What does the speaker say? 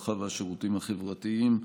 הרווחה והשירותים החברתיים: